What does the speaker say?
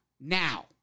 now